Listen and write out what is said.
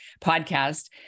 podcast